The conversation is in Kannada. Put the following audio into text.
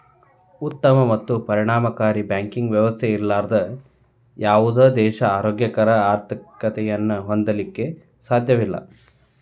ಉತ್ತಮ ಮತ್ತು ಪರಿಣಾಮಕಾರಿ ಬ್ಯಾಂಕಿಂಗ್ ವ್ಯವಸ್ಥೆ ಇರ್ಲಾರ್ದ ಯಾವುದ ದೇಶಾ ಆರೋಗ್ಯಕರ ಆರ್ಥಿಕತೆಯನ್ನ ಹೊಂದಲಿಕ್ಕೆ ಸಾಧ್ಯಇಲ್ಲಾ